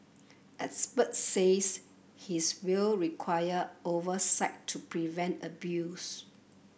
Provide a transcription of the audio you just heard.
experts says his will require oversight to prevent abuse